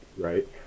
right